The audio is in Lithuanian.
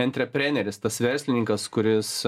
entrepreneris tas verslininkas kuris